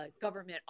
government